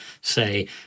say